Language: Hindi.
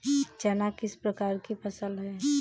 चना किस प्रकार की फसल है?